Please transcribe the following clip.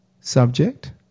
subject